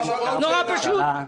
נורא פשוט.